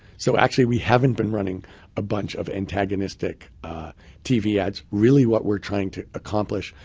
so actually we haven't been running a bunch of antagonistic tv ads. really what we're trying to accomplish,